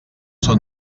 són